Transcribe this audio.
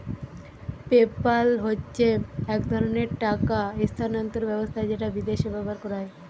PayPal হচ্ছে এক ধরণের টাকা স্থানান্তর ব্যবস্থা যেটা বিদেশে ব্যবহার হয়